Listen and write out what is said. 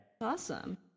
Awesome